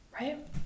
right